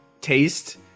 taste